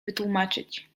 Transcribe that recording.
wytłumaczyć